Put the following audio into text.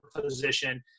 position